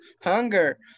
hunger